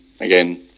again